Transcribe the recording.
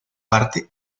parte